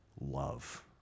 love